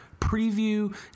Preview